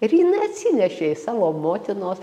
ir jinai atsinešė iš savo motino